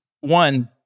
one